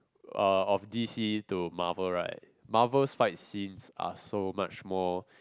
uh of DC to Marvel right Marvel fight scenes are so much more